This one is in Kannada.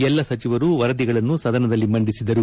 ಎಲ್ಲಾ ಸಚಿವರು ವರದಿಗಳನ್ನು ಸದನದಲ್ಲಿ ಮಂಡಿಸಿದರು